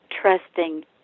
trusting